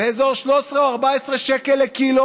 הבקר נמכר באזור 13 14 שקל לקילו,